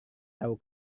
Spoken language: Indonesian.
tahu